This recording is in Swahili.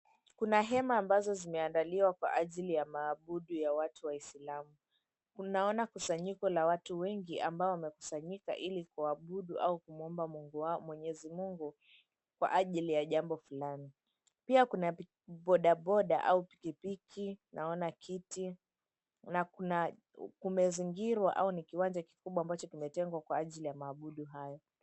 Kuna hema ambazo zimeandaliwa kwa ajili ya maabudu ya watu waisilamu. Tunaona kusanyiko la watu wengi ambao wamekusanyika ili kuabudu ama kumuomba Mungu wao Mwenyezi Mungu kwa ajili ya jambo fulani. Pia kuna bodaboda au pikipiki, naona kiti na kumezingirwa au ni kiwanja kikubwa ambacho kimejengwa kwa ajili ya maabudu hayo.